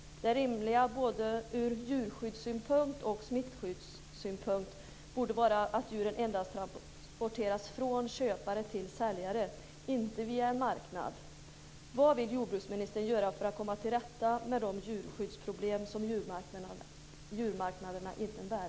Det rimliga ur både djurskyddssynpunkt och smittskyddssynpunkt borde vara att djuren endast transporteras från köpare till säljare, inte via en marknad. Vad vill jordbruksministern göra för att komma till rätta med de djurskyddsproblem som djurmarknaderna innebär?